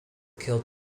killed